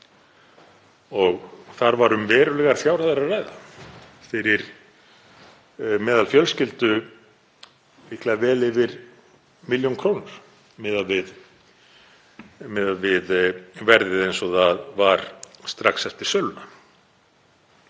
Þar var um verulegar fjárhæðir að ræða, fyrir meðalfjölskyldu líklega vel yfir milljón krónur miðað við verðið eins og það var strax eftir söluna.